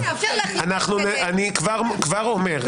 אני כבר אומר,